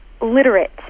literate